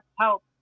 help